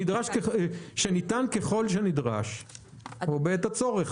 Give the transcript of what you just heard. שניתן ככל שנדרש או בעת הצורך.